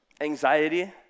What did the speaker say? anxiety